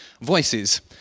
voices